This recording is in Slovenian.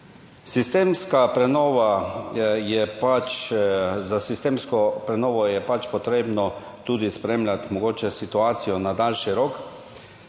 sistemsko prenovo je pač potrebno tudi spremljati mogoče situacijo na daljši rok,